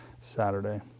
Saturday